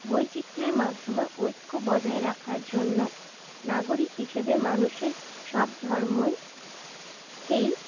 বৈচিত্র্যের মাধ্যমে ঐক্য বজায় রাখার জন্য নাগরিক হিসেবে মানুষের সব ধর্মকেই